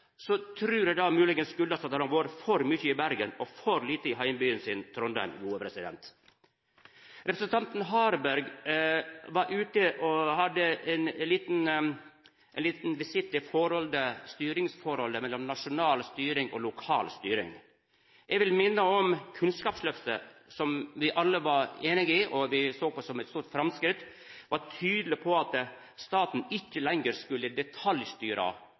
Så dersom representanten og trønderen Tord Lien har problem med å sjå for seg framgang i norsk skule, trur eg kanskje det kjem av at han har vore for mykje i Bergen og for lite i heimbyen sin, Trondheim. Representanten Harberg var ute og hadde ein liten visitt til forholdet mellom nasjonal styring og lokal styring. Eg vil minna om Kunnskapsløftet som me alle var einige i, og som me såg på som eit stort framsteg, og var tydelege på